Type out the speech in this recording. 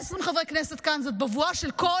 120 חברי הכנסת כאן זה בבואה של כל